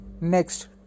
Next